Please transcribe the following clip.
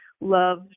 love